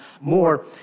more